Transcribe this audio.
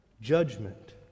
judgment